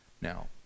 Now